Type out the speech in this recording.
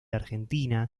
argentina